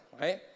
right